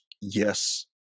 yes